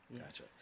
gotcha